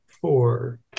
four